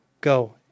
go